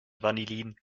vanillin